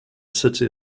city